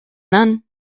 none